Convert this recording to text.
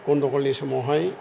गन्दगलनि समावहाय